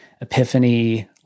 Epiphany